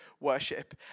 worship